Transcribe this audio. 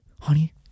honey